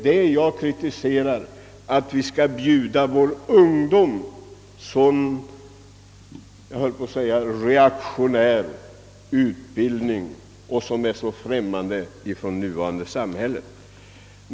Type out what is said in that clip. Vad jag kritiserar är att vår ungdom skall bjudas en undervisning som jag skulle vilja kalla reaktionär och som måste te sig främmande i vårt nutida samhälle.